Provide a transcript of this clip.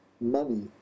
money